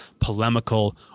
polemical